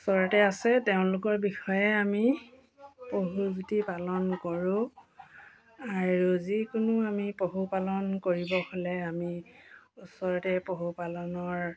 ওচৰতে আছে তেওঁলোকৰ বিষয়ে আমি পশুজ্যোতি পালন কৰোঁ আৰু যিকোনো আমি পশুপালন কৰিব হ'লে আমি ওচৰতে পশুপালনৰ